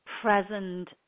present